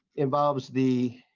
involves the.